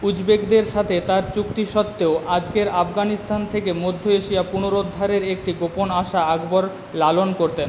উজবেকদের সাথে তার চুক্তি সত্ত্বেও আজকের আফগানিস্তান থেকে মধ্য এশিয়া পুনরুদ্ধারের একটি গোপন আশা আকবর লালন করতেন